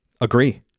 Agree